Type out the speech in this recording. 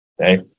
okay